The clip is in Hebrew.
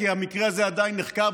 כי המקרה הזה עדיין נחקר,